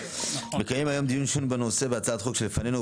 נקיים היום דיון בנושא בהצעות החוק שלפנינו,